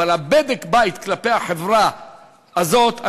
אבל בדק-הבית כלפי החברה הזאת,